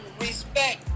respect